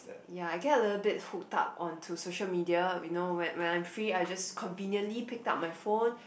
ya I get a little bit hooked up on to social media you know when when I am free I just conveniently pick up my phone